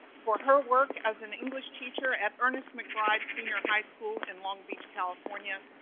for her work as an english teacher at ernest mcbride senior high school, in long beach california.